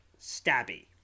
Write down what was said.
stabby